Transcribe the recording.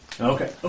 Okay